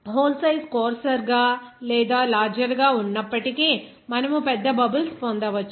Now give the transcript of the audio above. whole size coarser గా లేదా larger గా ఉన్నప్పటికీ మనము పెద్ద బబుల్స్ పొందవచ్చు